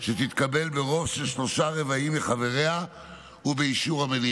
שתתקבל ברוב של שלושה-רבעים מחבריה ובאישור המליאה.